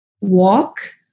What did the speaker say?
walk